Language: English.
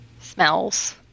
smells